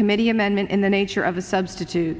committee amendment in the nature of a substitute